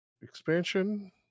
expansion